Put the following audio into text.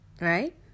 Right